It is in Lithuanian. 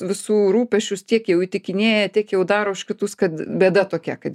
visų rūpesčius tiek jau įtikinėja tiek jau daro už kitus kad bėda tokia kad